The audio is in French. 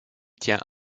tient